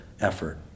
effort